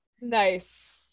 Nice